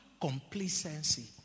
complacency